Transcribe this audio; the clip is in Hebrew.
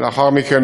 לאחר מכן,